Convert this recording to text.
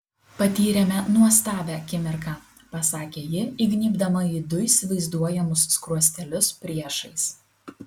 patyrėme nuostabią akimirką pasakė ji įgnybdama į du įsivaizduojamus skruostelius priešais